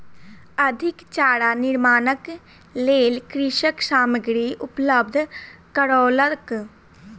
अधिक चारा निर्माणक लेल कृषक सामग्री उपलब्ध करौलक